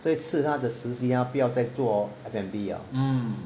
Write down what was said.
这次他的实习她不要再做 F&B liao